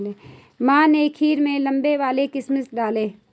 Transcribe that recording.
माँ ने खीर में लंबे वाले किशमिश डाले